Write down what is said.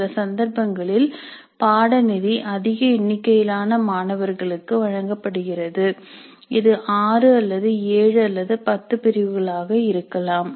சில சந்தர்ப்பங்களில் பாடநெறி அதிக எண்ணிக்கையிலான மாணவர்களுக்கு வழங்கப்படுகிறது இது 6 அல்லது 7 அல்லது 10 பிரிவுகளாக இருக்கலாம்